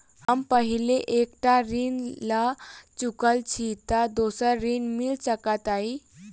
हम पहिने एक टा ऋण लअ चुकल छी तऽ दोसर ऋण मिल सकैत अई?